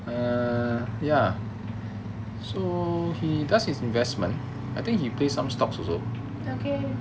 okay